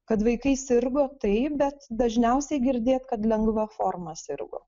kad vaikai sirgo taip bet dažniausiai girdėt kad lengva forma sirgo